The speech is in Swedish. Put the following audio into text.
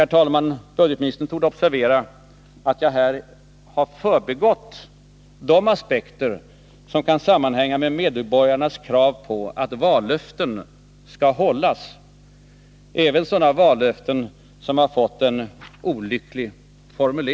Herr talman! Budgetministern torde observera att jag här har förbigått de aspekter som kan sammanhänga med medborgarnas krav på att vallöften skall hållas — även sådana vallöften som har fått ”en olycklig formule